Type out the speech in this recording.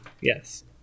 Yes